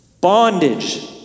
Bondage